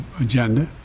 agenda